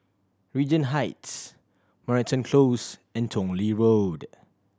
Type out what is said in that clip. Regent Heights Moreton Close and Tong Lee Road